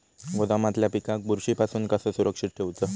गोदामातल्या पिकाक बुरशी पासून कसा सुरक्षित ठेऊचा?